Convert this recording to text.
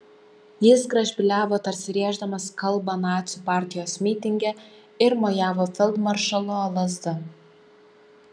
jis gražbyliavo tarsi rėždamas kalbą nacių partijos mitinge ir mojavo feldmaršalo lazda